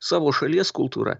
savo šalies kultūra